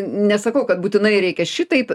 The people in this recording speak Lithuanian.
nesakau kad būtinai reikia šitaip